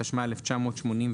התשמ"א-1981,